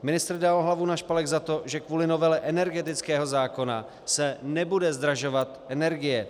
Ministr dal hlavu na špalek za to, že kvůli novele energetického zákona se nebude zdražovat energie.